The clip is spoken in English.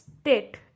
state